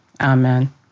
amen